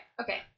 okay